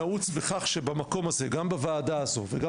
נעוץ בכך שגם בוועדה הזו וגם